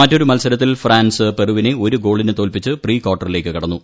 മറ്റൊരു മത്സരത്തിൽ ഫ്രാൻസ് പെറുവിനെ ഒരു ഗോളിന് തോൽപിച്ച് പ്രീ കാർട്ടറിലേക്ക് കടന്നു